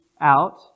out